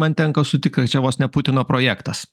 man tenka sutikt kad čia vos ne putino projektas